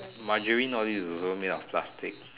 margarine all these is also made up of plastic